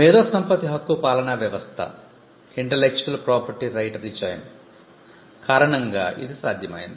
మేధో సంపత్తి హక్కు పాలనా వ్యవస్థ కారణంగా ఇది సాధ్యమైంది